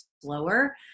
slower